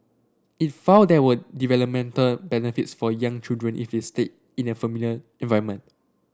it found there were developmental benefits for young children if they stayed in a familiar environment